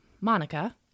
Monica